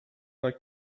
like